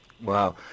Wow